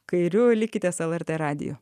kairiu likite su lrt radiju